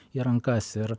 į rankas ir